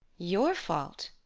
your fault!